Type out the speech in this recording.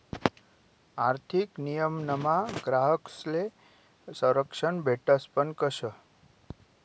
आर्थिक नियमनमा ग्राहकस्ले संरक्षण भेटस पण कशं